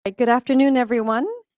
good afternoon, everyone,